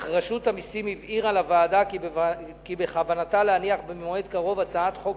אך רשות המסים הבהירה לוועדה כי בכוונתה להניח במועד קרוב הצעת חוק